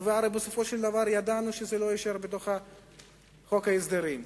והרי בסופו של דבר ידענו שזה לא יישאר בחוק ההסדרים.